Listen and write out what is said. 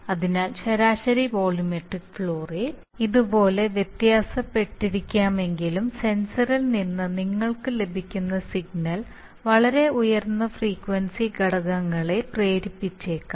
അതിനാൽ ശരാശരി volumetric flow rate ഇതുപോലെ വ്യത്യാസപ്പെട്ടിരിക്കാമെങ്കിലും സെൻസറിൽ നിന്ന് നിങ്ങൾക്ക് ലഭിക്കുന്ന സിഗ്നൽ വളരെ ഉയർന്ന ഫ്രീക്വൻസി ഘടകങ്ങളെ പ്രേരിപ്പിച്ചേക്കാം